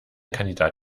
kandidat